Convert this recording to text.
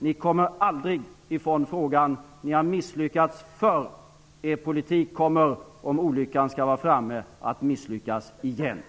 Ni kommer aldrig ifrån den här frågan. Ni har misslyckats förr. Er politik kommer att misslyckas igen, om nu olyckan skulle vara framme och ni skulle komma till makten.